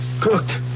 cooked